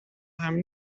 i’m